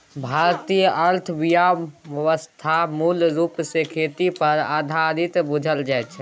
भारतीय अर्थव्यवस्था मूल रूप सँ खेती पर आधारित बुझल जाइ छै